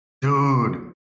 dude